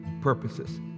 purposes